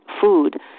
food